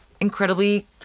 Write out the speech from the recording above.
incredibly